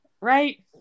Right